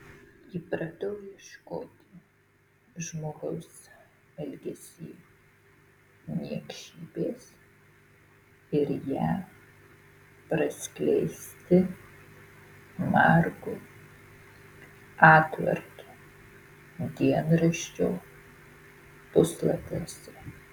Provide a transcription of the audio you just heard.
įpratau ieškoti žmogaus elgesy niekšybės ir ją praskleisti margu atvartu dienraščio puslapiuose